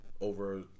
over